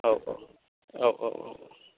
औ औ औ औ औ